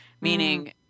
meaning